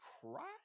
cry